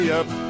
up